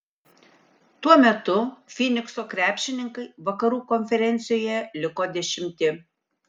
tuo metu fynikso krepšininkai vakarų konferencijoje liko dešimti